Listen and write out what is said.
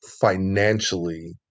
financially